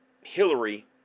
Hillary